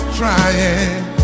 trying